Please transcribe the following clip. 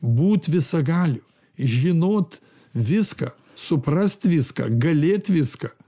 būt visagaliu žinot viską suprast viską galėt viską